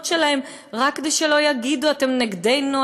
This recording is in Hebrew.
שלהם רק כדי שלא יגידו: אתם נגדנו,